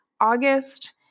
August